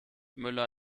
müller